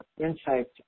insights